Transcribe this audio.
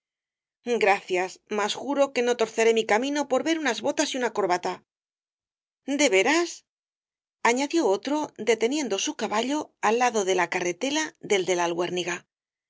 gracias mas juro que no torceré mi camino por ver unas botas y una corbata de veras añadió otro deteniendo su caballo al lado de la carretela del de